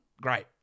great